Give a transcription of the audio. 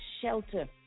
shelter